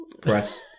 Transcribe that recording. press